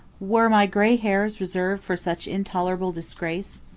were my gray hairs reserved for such intolerable disgrace?